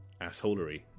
assholery